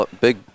Big